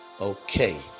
Okay